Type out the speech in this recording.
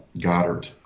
Goddard